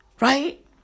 right